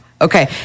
Okay